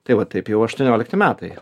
tai va taip jau aštuoniolikti metai